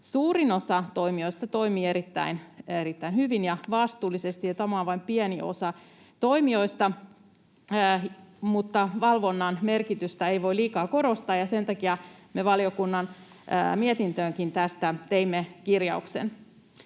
Suurin osa toimijoista toimii erittäin hyvin ja vastuullisesti, ja tämä on vain pieni osa toimijoista, mutta valvonnan merkitystä ei voi liikaa korostaa, ja sen takia me valiokunnan mietintöönkin tästä teimme kirjauksen.